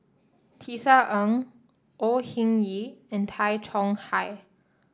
Tisa Ng Au Hing Yee and Tay Chong Hai